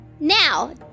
Now